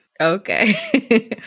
Okay